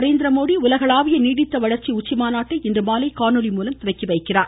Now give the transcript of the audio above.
நரேந்திரமோடி உலகளாவிய நீடித்த வளர்ச்சி உச்சிமாநாட்டை இன்றுமாலை காணொலி மூலம் துவக்கி வைக்கிறார்